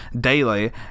daily